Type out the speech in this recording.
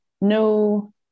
no